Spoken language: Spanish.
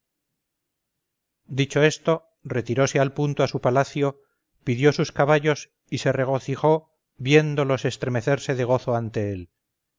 lavinia dicho esto retirose al punto a su palacio pidió sus caballos y se regocijó viéndolos estremecerse de gozo ante él